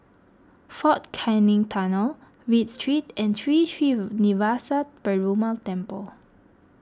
fort Canning Tunnel Read Street and Sri Srinivasa Perumal Temple